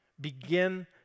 begin